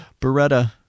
beretta